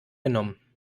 genommen